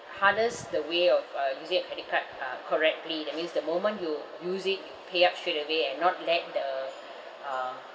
harness the way of uh using a credit card uh correctly that means the moment you use it you pay up straight away and not let the uh